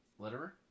letterer